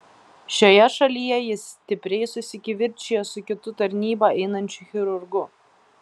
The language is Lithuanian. šioje šalyje jis stipriai susikivirčijo su kitu tarnybą einančiu chirurgu